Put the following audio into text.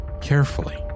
carefully